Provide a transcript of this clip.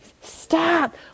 Stop